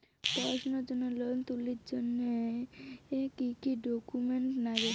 পড়াশুনার জন্যে লোন তুলির জন্যে কি কি ডকুমেন্টস নাগে?